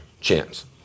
champs